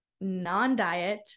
non-diet